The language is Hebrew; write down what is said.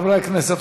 חברי הכנסת,